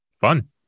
fun